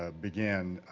ah began,